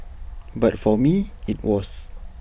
but for me IT was